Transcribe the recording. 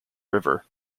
river